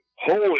holy